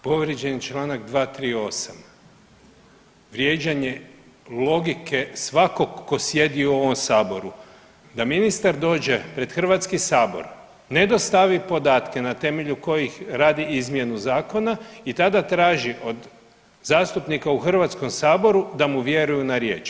Povrijeđen je članak 238. vrijeđanje logike svakog tko sjedi u ovom Saboru, da ministar dođe pred Hrvatski sabor ne dostavi podatke na temelju kojih radi izmjenu zakona i tada traži od zastupnika u Hrvatskom saboru da mu vjeruju na riječ.